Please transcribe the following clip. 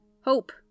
hope